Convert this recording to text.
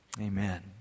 Amen